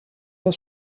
das